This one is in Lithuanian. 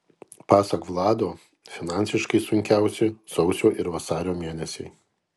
pasak vlado finansiškai sunkiausi sausio ir vasario mėnesiai